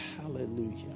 Hallelujah